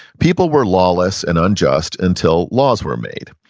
people were lawless and unjust until laws were made,